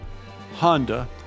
Honda